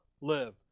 live